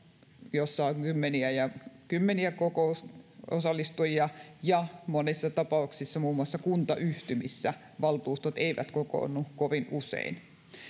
joissa on kymmeniä ja kymmeniä kokousosallistujia ja monissa tapauksissa muun muassa kuntayhtymissä valtuustot eivät kokoonnu kovin usein